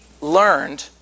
learned